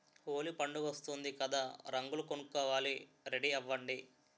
హోలీ పండుగొస్తోంది కదా రంగులు కొనుక్కోవాలి రెడీ అవ్వండి